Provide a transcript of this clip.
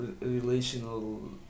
relational